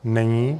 Není.